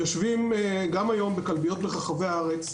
יושבים גם היום בכלביות ברחבי הארץ,